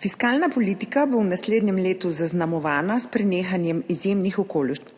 Fiskalna politika bo v naslednjem letu zaznamovana s prenehanjem izjemnih okoliščin